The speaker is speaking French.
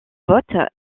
vote